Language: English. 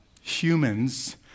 humans